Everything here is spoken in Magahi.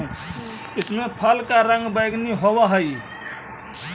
इसके फल का रंग बैंगनी होवअ हई